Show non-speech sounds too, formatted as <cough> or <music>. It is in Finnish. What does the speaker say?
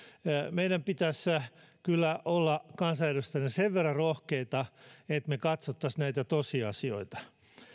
meidän kansanedustajien pitäisi kyllä olla sen verran rohkeita <unintelligible> <unintelligible> että me katsoisimme näitä tosiasioita